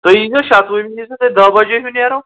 تُہۍ یی زیٚو شَتوٕ یی زیٚو تُہۍ دَہ بَجے ہیوٗ نیرو